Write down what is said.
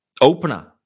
Opener